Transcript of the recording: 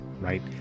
right